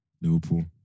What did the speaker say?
Liverpool